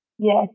Yes